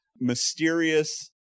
mysterious